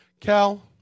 Cal